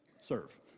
serve